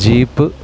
jeep